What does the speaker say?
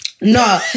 No